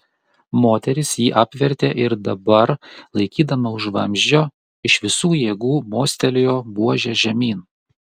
moteris jį apvertė ir dabar laikydama už vamzdžio iš visų jėgų mostelėjo buože žemyn